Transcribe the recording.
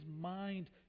mind